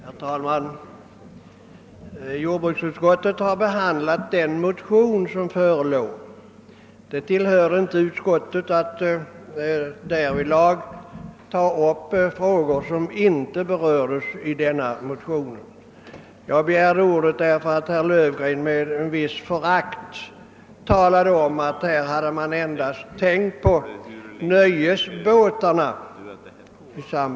Herr talman! Jordbruksutskottet har behandlat den motion som förelåg. Det tillkommer inte utskottet att ta upp frågor som inte berörs i motionen. Jag begärde ordet, därför att herr Löfgren med ett visst förakt talade om att man i detta sammanhang endast tänkt på nöjesbåtarna.